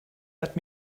let